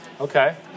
Okay